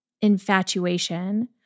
infatuation